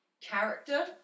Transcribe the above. character